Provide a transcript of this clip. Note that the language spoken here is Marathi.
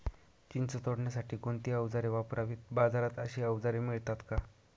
चिंच तोडण्यासाठी कोणती औजारे वापरावीत? बाजारात अशी औजारे मिळतात का?